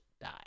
die